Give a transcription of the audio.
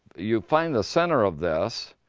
you find the center of this,